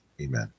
Amen